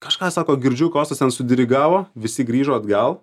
kažką sako girdžiu kostas ten su dirigavo visi grįžo atgal